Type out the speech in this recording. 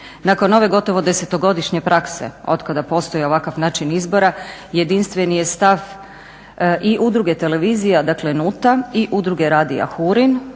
nakon ove gotovo desetogodišnje prakse od kada postoji ovakav način izbora jedinstveni je stav i Udruge televizija dakle NUT-a i Udruge radija Hurin